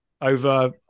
over